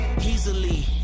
Easily